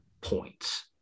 points